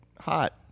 hot